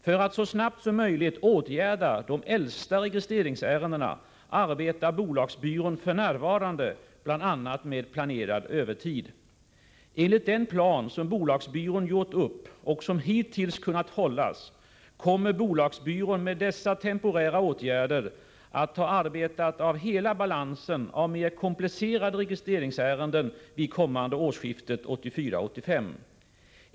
För att så snabbt som möjligt åtgärda de äldsta registreringsärendena arbetar bolagsbyrån f.n. med bl.a. planerad övertid. Enligt den plan som bolagsbyrån gjort upp, och som hittills kunnat hållas, kommer bolagsbyrån med dessa temporära åtgärder att ha arbetat av hela balansen av mer komplicerade registreringsärenden vid årsskiftet 1984-1985.